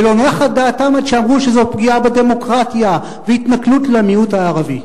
ולא נחה דעתם עד שאמרו שזו פגיעה בדמוקרטיה והתנכלות למיעוט הערבי.